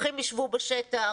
פקחים ישבו בשטח,